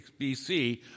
BC